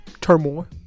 turmoil